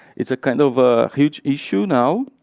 it's a kind of a huge issue now,